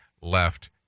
left